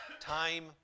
Time